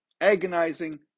agonizing